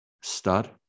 stud